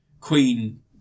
Queen